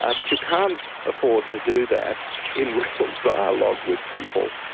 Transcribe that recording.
ah but you can't afford to do that in real dialogue with people.